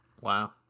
Wow